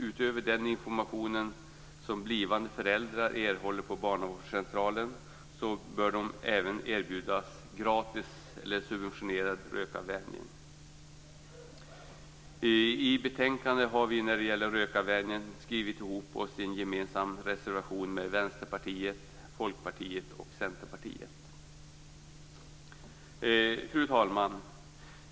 Utöver den information som blivande föräldrar får på barnavårdscentralen bör de även erbjudas gratis eller subventionerad rökavvänjning, anser vi. När det gäller rökavvänjning har vi i betänkandet skrivit ihop oss i en reservation som är gemensam för Vänsterpartiet, Folkpartiet och Centerpartiet. Fru talman!